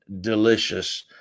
delicious